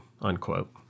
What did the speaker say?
unquote